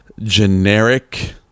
generic